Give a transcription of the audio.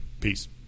Peace